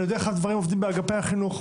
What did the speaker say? אני יודע איך הדברים עובדים באגפי החינוך,